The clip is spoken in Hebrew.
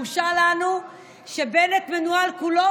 בושה לנו שבנט מנוהל כולו,